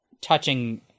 touching